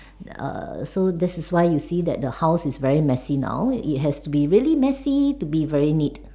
err so this is why you see that the house is very messy now it has to be really messy to be very neat